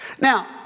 Now